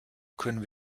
können